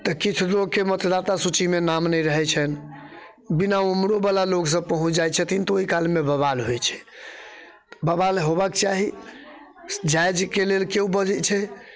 तऽ किछु लोककेँ मतदाता सूचीमे नाम नहि रहैत छनि बिना उम्रो बला लोग सब पहुँच जाइत छथिन तऽ ओहि कालमे बवाल होइत छै बवाल होबऽ के चाही जायजके लेल केओ बजैत छै